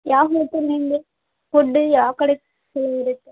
ಯಾವ ಹೋಟೆಲ್ ನಿಮ್ಮದು ಫುಡ್ಡು ಯಾವ ಕಡೆ ಚಲೋ ಇರುತ್ತೆ